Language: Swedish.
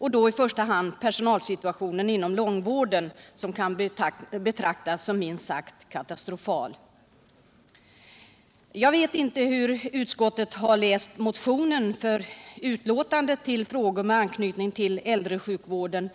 Jag vill då i första hand beröra personalsituationen inom långvården, som kan betecknas som minst sagt katastrofal, Jag vet inte hur utskottet har läst vår motion, för utlåtandet när det gäller frågor med anknytning till äldresjukvården